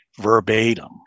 verbatim